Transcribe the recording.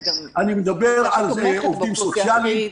אני מדבר על עובדים סוציאליים.